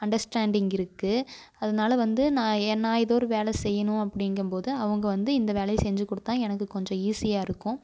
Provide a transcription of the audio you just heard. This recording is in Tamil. அண்டர்ஸ்டாண்டிங் இருக்கு அதனால் வந்து நான் நான் ஏதோ ஒரு வேலை செய்யனும் அப்படீங்கும்போது அவங்க வந்து இந்த வேலையை செஞ்சு கொடுத்தா எனக்கு கொஞ்சம் ஈஸியாக இருக்கும்